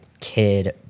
kid